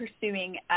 pursuing